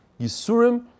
Yisurim